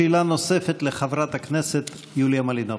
שאלה נוספת לחברת הכנסת יוליה מלינובסקי.